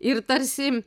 ir tarsi